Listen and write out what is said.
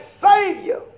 Savior